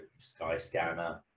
Skyscanner